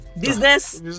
business